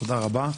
תודה רבה.